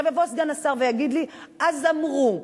יבוא סגן השר ויגיד לי: אז אמרו.